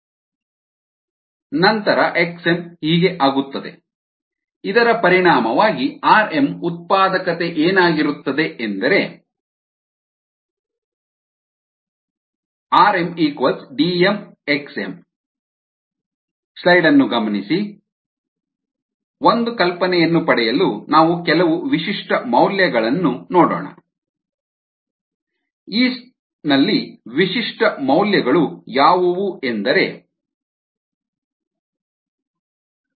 ಯಾವಾಗ KS≪SithenKSKSSi→0 therefore xm ನಂತರ xm ಹೀಗೆ ಆಗುತ್ತದೆ xmYxSSi ಇದರ ಪರಿಣಾಮವಾಗಿ Rm ಉತ್ಪಾದಕತೆ ಏನಾಗಿರುತ್ತದೆ ಎಂದರೆ RmDmxmmYxSSi ಒಂದು ಕಲ್ಪನೆಯನ್ನು ಪಡೆಯಲು ನಾವು ಕೆಲವು ವಿಶಿಷ್ಟ ಮೌಲ್ಯಗಳನ್ನು ನೋಡೋಣ ಯೀಸ್ಟ್ನಲ್ಲಿ ವಿಶಿಷ್ಟ ಮೌಲ್ಯಗಳು ಯಾವುವು ಎಂದರೆ µm 0